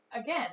again